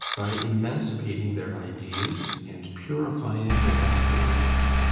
by emancipating their ideas and purifying their aspirations,